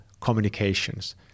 communications